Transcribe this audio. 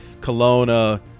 Kelowna